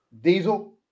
Diesel